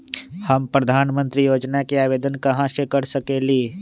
हम प्रधानमंत्री योजना के आवेदन कहा से कर सकेली?